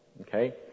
okay